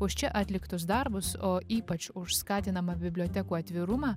už čia atliktus darbus o ypač už skatinamą bibliotekų atvirumą